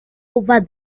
over